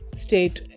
state